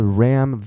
ram